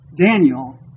Daniel